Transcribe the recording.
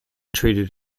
treated